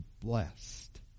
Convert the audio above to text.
blessed